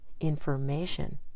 Information